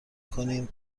کنیم